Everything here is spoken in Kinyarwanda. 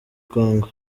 congo